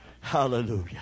Hallelujah